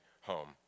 home